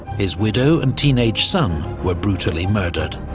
his widow and teenage son were brutally murdered,